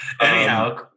Anyhow